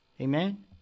Amen